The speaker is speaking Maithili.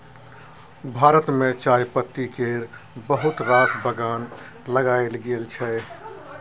भारत मे चायपत्ती केर बहुत रास बगान लगाएल गेल छै